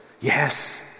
yes